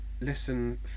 listen